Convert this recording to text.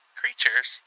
creatures